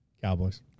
Cowboys